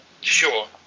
sure